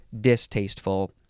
distasteful